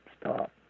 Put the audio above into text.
stop